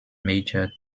major